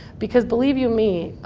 because believe you me,